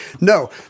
No